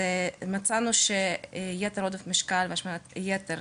1. מצאנו שעודף משקל והשמנת יתר,